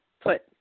put